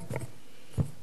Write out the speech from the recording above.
אתה זוכר את המשקים?